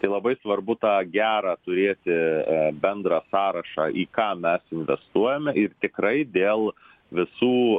tai labai svarbu tą gerą turėti bendrą sąrašą į ką mes investuojame ir tikrai dėl visų